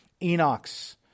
Enoch's